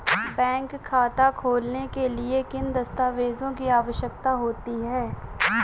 Bank खाता खोलने के लिए किन दस्तावेज़ों की आवश्यकता होती है?